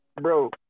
bro